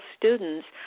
students